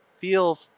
feel